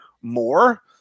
more